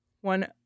one